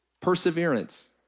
perseverance